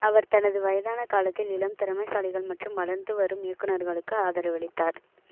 அவர் தனது வயதான காலத்தில் இளம் திறமைசாலிகள் மற்றும் வளர்ந்து வரும் இயக்குநர்களுக்கு ஆதரவளித்தார்